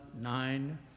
nine